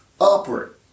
upward